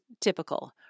typical